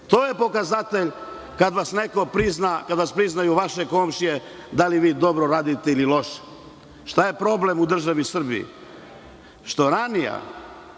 To je pokazatelj kada vas neko prizna, kada vas priznaju vaše komšije, da li vi dobro radite ili loše. Šta je problem u državi Srbiji? Što ranije